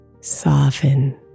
soften